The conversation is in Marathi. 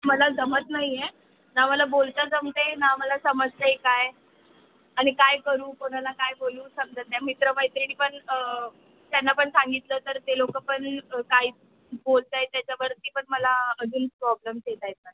मला जमत नाही आहे ना मला बोलता जमतं आहे ना मला समजतं आहे काय आणि काय करू कोणाला काय बोलू समजत नाही मित्रमैत्रिणी पण त्यांना पण सांगितलं तर ते लोक पण काय बोलत आहेत त्याच्यावरती पण मला अजून प्रॉब्लेम्स येत आहेत मॅम